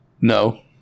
No